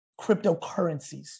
cryptocurrencies